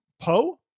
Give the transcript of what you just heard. Poe